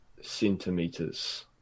centimeters